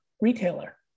retailer